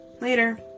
Later